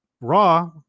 Raw